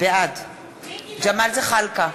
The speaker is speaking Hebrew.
בעד ג'מאל זחאלקה,